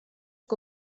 que